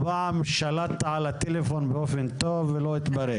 הפעם שלטת על הטלפון באופן טוב ולא התפרץ.